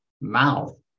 mouth